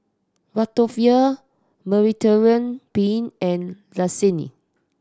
Ratatouille Mediterranean Penne and Lasagne